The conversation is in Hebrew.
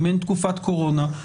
אם אין תקופת קורונה,